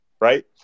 right